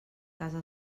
casa